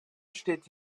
steht